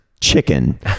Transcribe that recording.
chicken